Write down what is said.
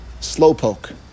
slowpoke